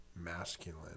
masculine